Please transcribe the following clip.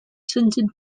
tinted